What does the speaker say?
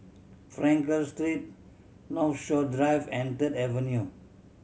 Frankel Street Northshore Drive and Third Avenue